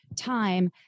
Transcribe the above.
Time